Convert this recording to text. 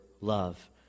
love